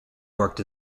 worked